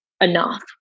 enough